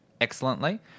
excellently